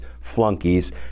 flunkies